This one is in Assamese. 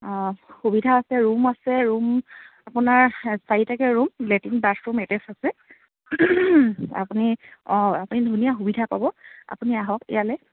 অঁ সুবিধা আছে ৰুম আছে ৰুম আপোনাৰ চাৰিটাকৈ ৰুম লেট্ৰিন বাথৰুম এটেচ আছে আপুনি অঁ আপুনি ধুনীয়া সুবিধা পাব আপুনি আহক ইয়ালৈ